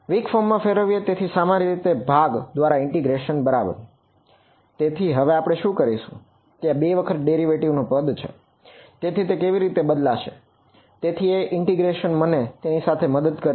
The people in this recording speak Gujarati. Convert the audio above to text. વીક ફોર્મ મને તેની સાથે મદદ કરશે